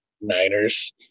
Niners